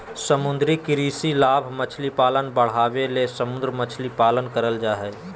समुद्री कृषि लाभ मछली पालन बढ़ाबे ले समुद्र मछली पालन करल जय हइ